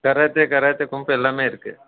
karate karate kung fu எல்லாம் இருக்குது